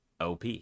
OP